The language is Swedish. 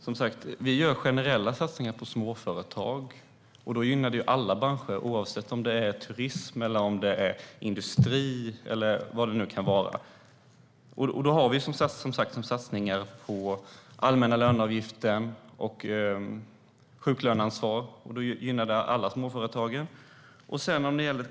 Herr talman! Vi gör generella satsningar på småföretag, och det gynnar alla branscher oavsett om det är turism, industri eller någon annan bransch. Vi har som sagt satsningar på den allmänna löneavgiften och sjuklöneansvaret. Det gynnar alla småföretag.